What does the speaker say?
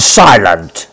silent